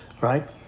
right